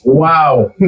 wow